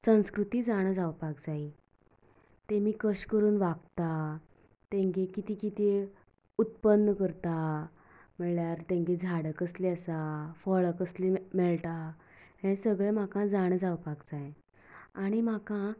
संस्कृती जाणा जावपाक जायी तेमी कशें करून वागता तेंगे कितें कितें उत्पन्न करता म्हणल्यार तेंगें झाडां कसलीं आसा फळां कसलीं मेळटा हें सगळें म्हाका जाणां जावपाक जाय आनी म्हाका